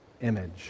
image